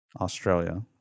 Australia